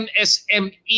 MSME